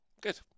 Good